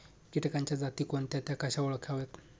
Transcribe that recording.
किटकांच्या जाती कोणत्या? त्या कशा ओळखाव्यात?